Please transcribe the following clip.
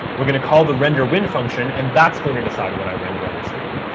we're going to call the render win function, and that's going to decide what i render on the screen.